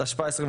התשפ"א 2021